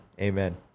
amen